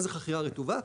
מה זה חכירה רטובה?